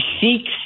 seeks